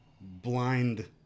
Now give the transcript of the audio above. blind